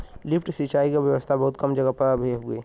lift सिंचाई क व्यवस्था बहुत कम जगह पर अभी हउवे